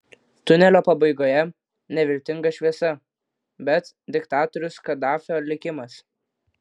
tunelio pabaigoje ne viltinga šviesa bet diktatoriaus kadafio likimas